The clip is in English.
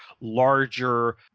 larger